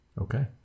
Okay